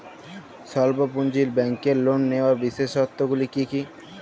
স্বল্প পুঁজির ব্যাংকের লোন নেওয়ার বিশেষত্বগুলি কী কী?